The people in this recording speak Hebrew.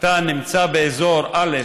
נמצא באזור א'